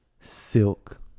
silk